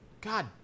God